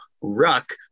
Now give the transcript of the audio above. ruck